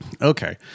okay